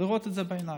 לראות את זה בעיניים.